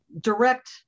direct